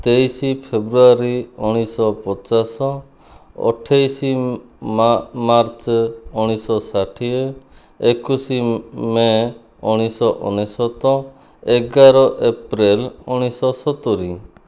ତେଇଶି ଫେବୃୟାରୀ ଉଣେଇଶ ପଚାଶ ଅଠେଇଶ ମାର୍ଚ୍ଚ ଉଣେଇଶ ଷାଠିଏ ଏକୋଇଶ ମେ ଉଣେଇଶ ଅନେଶ୍ୱତ ଏଗାର ଏପ୍ରିଲ ଉଣେଇଶ ସତୁରି